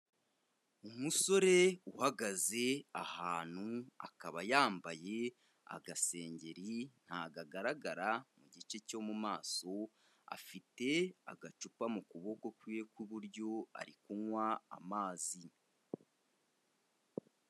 Umusore uhagaze ahantu akaba yambaye agasengeri ntabwo agaragara mu gice cyo mu maso afite agacupa mukuboko kwe kw'iburyo ari kunywa amazi.